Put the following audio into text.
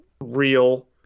real